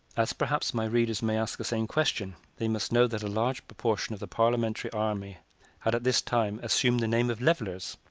as perhaps my readers may ask the same question, they must know that a large proportion of the parliamentary army had at this time assumed the name of levelers,